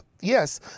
yes